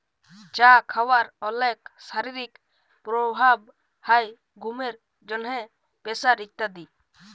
চা খাওয়ার অলেক শারীরিক প্রভাব হ্যয় ঘুমের জন্হে, প্রেসার ইত্যাদি